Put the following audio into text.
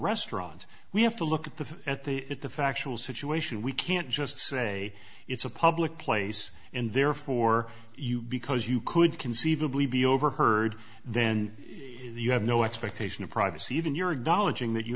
restaurant we have to look at the at the at the factual situation we can't just say it's a public place and therefore you because you could conceivably be overheard then you have no expectation of privacy even your knowledge in that you